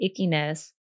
ickiness